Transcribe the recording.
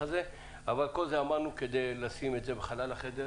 היום ה-8.9.2020, י"ט באלול התש"ף.